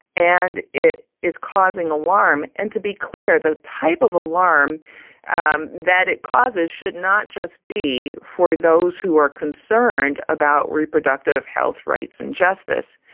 and it is causing alarm. and to be clear, the type of alarm and that it causes should not just be for those who are concerned about reproductive health, rights and justice.